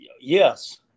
Yes